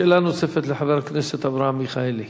שאלה נוספת לחבר הכנסת אברהם מיכאלי.